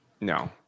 No